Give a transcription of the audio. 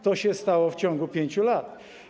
To się stało w ciągu 5 lat.